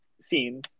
scenes